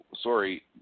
sorry